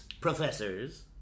Professors